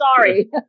Sorry